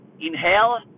inhale